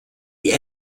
die